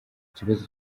ikibazo